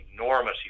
enormous